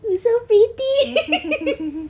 you so pretty